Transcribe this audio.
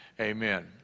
Amen